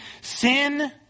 sin